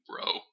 bro